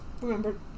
remember